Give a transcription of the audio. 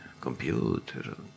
computer